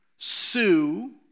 Sue